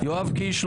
יואב קיש פה,